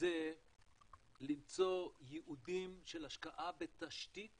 זה למצוא ייעודים של השקעה בתשתית